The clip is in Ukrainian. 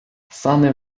сани